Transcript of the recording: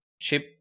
chip